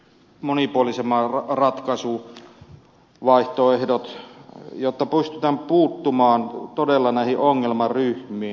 paljon monipuolisemmat ratkaisuvaihtoehdot jotta pystytään puuttumaan todella näihin ongelmaryhmiin